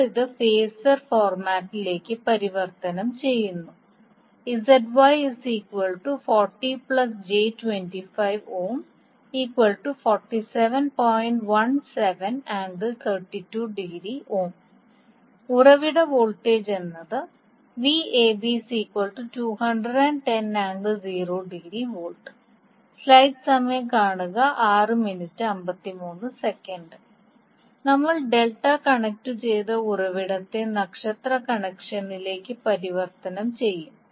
നമ്മൾ ഇത് ഫേസർ ഫോർമാറ്റിലേക്ക് പരിവർത്തനം ചെയ്യുന്നു ഉറവിട വോൾട്ടേജ് എന്നത് നമ്മൾ ഡെൽറ്റ കണക്റ്റുചെയ്ത ഉറവിടത്തെ നക്ഷത്ര കണക്ഷനിലേക്ക് പരിവർത്തനം ചെയ്യും